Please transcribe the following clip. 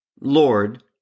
Lord